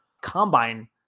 combine